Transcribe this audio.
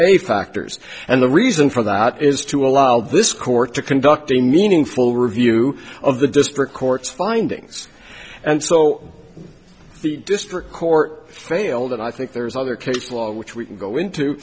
a factors and the reason for that is to allow this court to conduct a meaningful review of the district court's findings and so the district court failed and i think there's other case law which we can go into